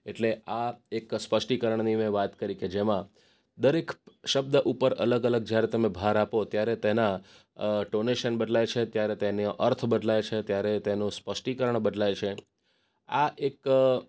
એટલે આ એક સ્પષ્ટીકરણની મેં વાત કરી કે જેમાં દરેક શબ્દ ઉપર અલગ અલગ જ્યારે તમે ભાર આપો ત્યારે તેના ટોનેશન બદલાય છે ત્યારે તેનો અર્થ બદલાય છે ત્યારે તેનું સ્પષ્ટીકરણ બદલાય છે આ એક